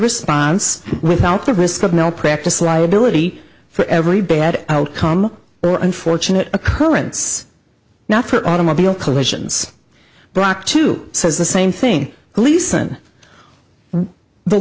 response without the risk of malpractise liability for every bad outcome unfortunate occurrence now for automobile collisions brock to says the same thing